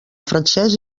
francès